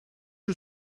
que